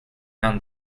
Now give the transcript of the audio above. down